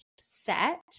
set